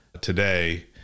today